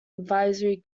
advisory